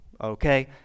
okay